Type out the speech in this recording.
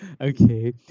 Okay